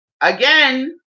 Again